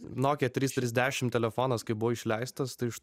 nokia trys trys dešimt telefonas kai buvo išleistas tai iš